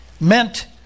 meant